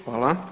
Hvala.